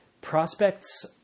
prospects